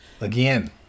again